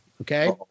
okay